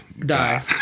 die